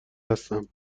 هستم